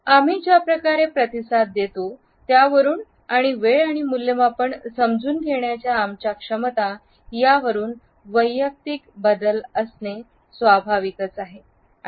आम्ही ज्या प्रकारे प्रतिसाद देतो त्यावरून आणि वेळ आणि मूल्यमापन समजून घेण्याच्या आमच्या क्षमता वरून वैयक्तिक बदल असणे स्वाभाविकच आहे